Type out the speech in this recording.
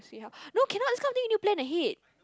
see how no cannot this kind of thing you need to plan ahead